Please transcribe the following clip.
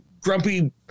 grumpy